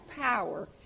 power